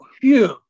Huge